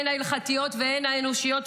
הן ההלכתיות והן האנושיות,